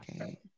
okay